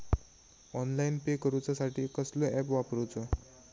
Online pay करूचा साठी कसलो ऍप वापरूचो?